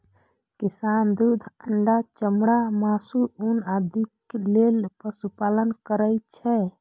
किसान दूध, अंडा, चमड़ा, मासु, ऊन आदिक लेल पशुपालन करै छै